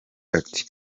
ati